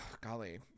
golly